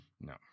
no